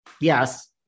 yes